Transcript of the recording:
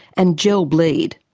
and gel bleed.